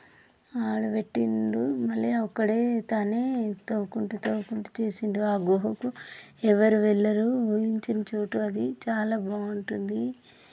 అక్కడ పెట్టిండు మళ్ళీ ఒక్కడే తనే తవ్వుకుంటు తవ్వుకుంటు తీసిండు ఆ గుహకు ఎవరు వెళ్ళరు ఊహించని చోటు అది చాలా బాగుంటుంది